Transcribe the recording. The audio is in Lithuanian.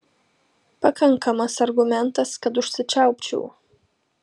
pakankamas argumentas kad užsičiaupčiau